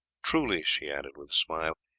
truly, she added with a smile,